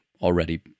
already